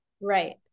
Right